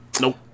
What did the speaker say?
Nope